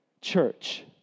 church